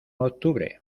octubre